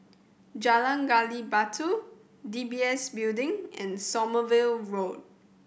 Jalan Gali Batu D B S Building and Sommerville Road